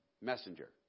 Messenger